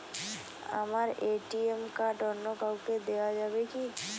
আমার ATM card অন্য কাউকে দেওয়া যাবে কি?